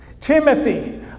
Timothy